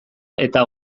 eta